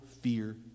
fear